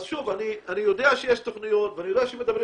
אני יודע שיש תוכניות ואני יודע שמדברים